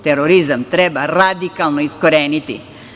Terorizam treba radikalno iskoreniti.